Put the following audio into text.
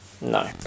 no